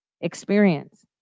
experience